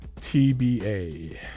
TBA